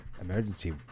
emergency